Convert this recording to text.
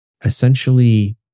essentially